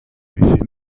vefe